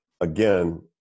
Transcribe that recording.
Again